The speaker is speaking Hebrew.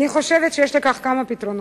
אני חושבת שיש לכך פתרונות: